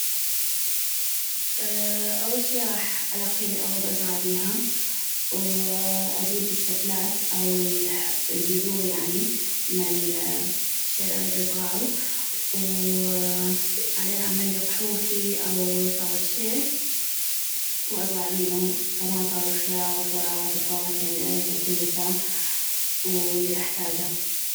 اول شي غاح القيلي اغض ازغع بيها واجيب الشتلات البذور يعني مال شي ال اغيد ازغعو بعدين اعملي قحوفي او فغد شي وازغع بينو الطماطة والخياغ والخضروات والفواكه الي اغيدا كلتا والي احتاجه